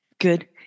Good